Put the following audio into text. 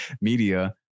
media